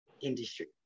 industry